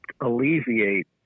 alleviate